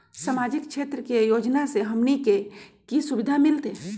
सामाजिक क्षेत्र के योजना से हमनी के की सुविधा मिलतै?